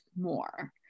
more